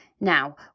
Now